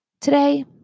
Today